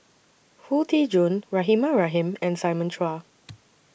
Foo Tee Jun Rahimah Rahim and Simon Chua